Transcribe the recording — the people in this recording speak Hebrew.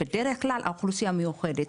בדרך כלל האוכלוסייה מיוחדת,